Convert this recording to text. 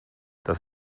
das